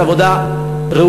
זאת עבודה ראויה,